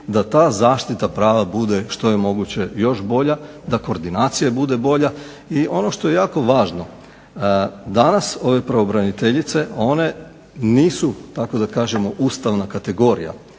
da ta zaštita prava bude što je moguće još bolja, da koordinacija bude bolja. I ono što je jako važno danas ove pravobraniteljice tako da kažemo nisu ustavna kategorija.